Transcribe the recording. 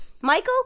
michael